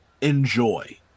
enjoy